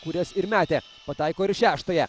kurias ir metė pataiko ir šeštąją